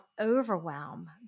overwhelm